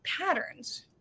patterns